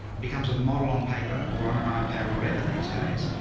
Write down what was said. it becomes a model on paper or on an ah ipad or whatever these days.